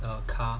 a car